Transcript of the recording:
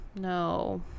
No